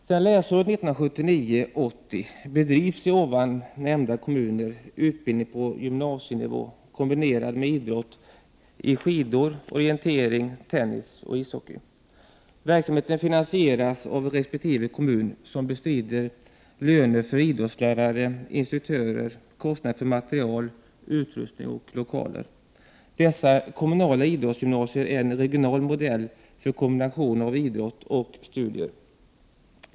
Sedan läsåret 1979/80 bedrivs i de nämnda kommunerna utbildning på gymnasienivå, kombinerad med idrott som skidåkning, orientering, tennis och ishockey. Verksamheten finansieras av resp. kommun, som bestrider löner för idrottslärare och instruktörer samt kostnader för material, utrustning och lokaler. Dessa ”kommunala idrottsgymnasier” är en regional modell för kombination av idrott och studier.